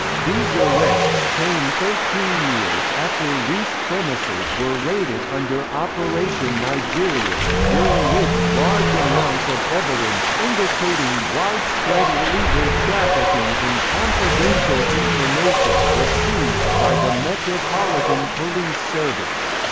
these arrests came thirteen years after rees' premises were raided under operation nigeria, during which large amounts of evidence indicating widespread illegal trafficking in confidential information was seized by the metropolitan police service.